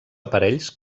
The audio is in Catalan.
aparells